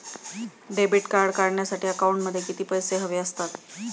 Debit card काढण्यासाठी अकाउंटमध्ये किती पैसे हवे असतात?